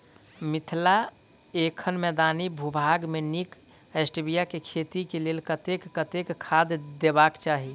मिथिला एखन मैदानी भूभाग मे नीक स्टीबिया केँ खेती केँ लेल कतेक कतेक खाद देबाक चाहि?